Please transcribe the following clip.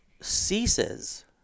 ceases